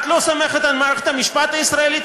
את לא סומכת על מערכת המשפט הישראלית?